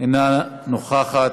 אינה נוכחת,